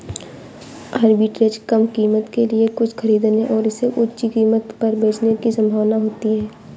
arbitrage कम कीमत के लिए कुछ खरीदने और इसे उच्च कीमत पर बेचने की संभावना होती है